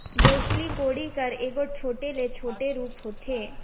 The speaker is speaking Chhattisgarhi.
बउसली कोड़ी कर एगोट छोटे ले छोटे रूप होथे